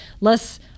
less